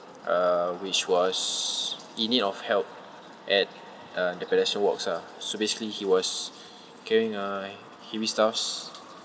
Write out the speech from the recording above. uh which was in need of help at uh the pedestrian walks ah so basically he was carrying a heavy stuffs